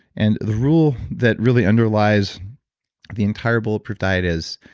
and the rule that really underlies the entire bulletproof diet is